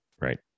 right